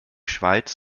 schweiz